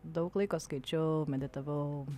daug laiko skaičiau meditavau